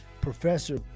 Professor